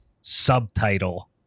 subtitle